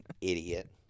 idiot